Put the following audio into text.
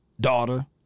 daughter